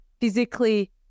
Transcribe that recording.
physically